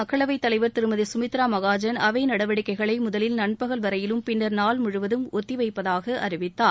மக்களவைத் தலைவர் திருமதி சுமித்ரா மகாஜன் அவை நடவடிக்கைகளை முதலில் நண்பகல் வரையிலும் பின்னர் நாள் முழுவதும் ஒத்திவைப்பதாக அறிவித்தார்